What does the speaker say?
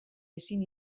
ezin